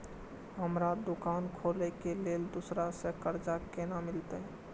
हमरा दुकान खोले के लेल दूसरा से कर्जा केना मिलते?